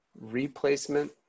replacement